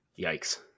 Yikes